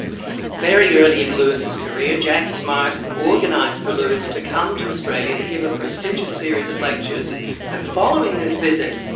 very early in lewis' career jack smart organised for lewis to come to australia to give a prestigious series of lectures and following this visit,